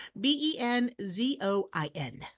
B-E-N-Z-O-I-N